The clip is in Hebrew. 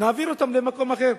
ונעביר אותם למקום אחר.